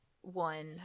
one